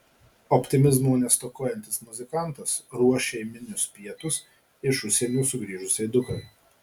optimizmo nestokojantis muzikantas ruoš šeiminius pietus iš užsienio sugrįžusiai dukrai